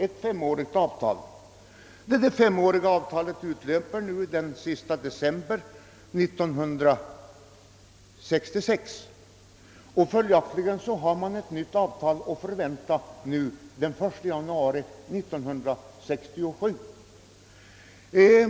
Detta avtal utlöper den sista december 1966, och följaktligen har man ett nytt avtal att vänta den 1 januari 1967.